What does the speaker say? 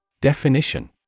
Definition